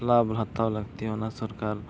ᱞᱟᱵᱷ ᱦᱟᱛᱟᱣ ᱞᱟᱹᱠᱛᱤ ᱚᱱᱟ ᱥᱚᱨᱠᱟᱨ